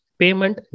payment